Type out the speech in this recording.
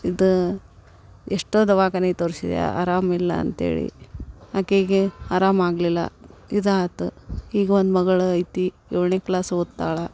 ಇದು ಎಷ್ಟೋ ದವಾಖಾನೆ ತೋರ್ಸಿದೆ ಅರಾಮಿಲ್ಲ ಅಂತೇಳಿ ಆಕೆಗೆ ಅರಾಮ ಆಗಲಿಲ್ಲ ಇದು ಆಯ್ತು ಈಗ ಒಂದು ಮಗಳು ಐತಿ ಏಳನೇ ಕ್ಲಾಸ್ ಓದ್ತಾಳೆ